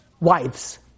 wives